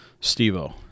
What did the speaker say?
Steve-O